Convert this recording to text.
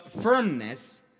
firmness